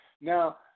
now